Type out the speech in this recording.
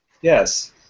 Yes